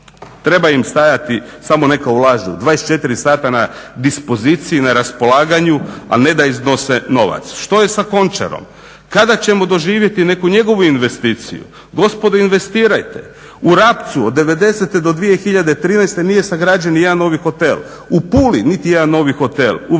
Treba im stajati samo neka ulažu 24 sata na dispoziciji, na raspolaganju a ne da iznose novac. Što je sa Končarom? Kada ćemo doživjeti neku njegovu investiciju? Gospodo investirajte. U Rapcu od '90.-te do 2013.nije sagrađen nijedan novi hotel. U Puli niti jedan novi hotel, u Vrsaru